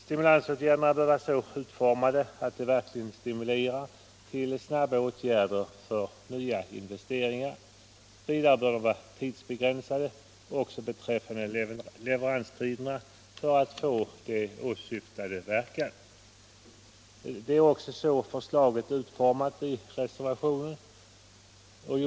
Stimulansåtgärderna bör vara så utformade att de verkligen stimulerar till snabba åtgärder för nya investeringar. Vidare bör de vara tidsbegränsade, också beträffande leveranstider, för att man skall uppnå åsyftad verkan. Det är också så förslaget i reservationen är utformat.